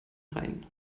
rhein